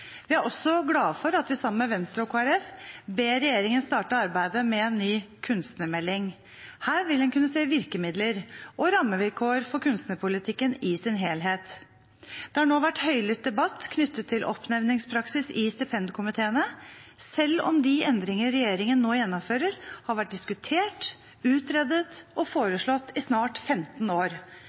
Vi er også glade for at vi sammen med Venstre og Kristelig Folkeparti ber regjeringen starte arbeidet med en ny kunstnermelding. Her vil en kunne se virkemidler og rammevilkår for kunstnerpolitikken i sin helhet. Det har nå vært høylytt debatt knyttet til oppnevningspraksis i stipendkomiteene, selv om de endringer regjeringen nå gjennomfører, har vært diskutert, utredet og foreslått i snart 15 år.